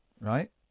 right